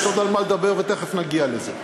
יש עוד על מה נדבר, ותכף נגיע לזה.